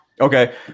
Okay